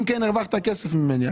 אם כן, הרווחת כסף ממני.